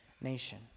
nation